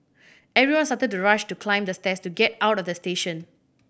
everyone started to rush to climb the stairs to get out of the station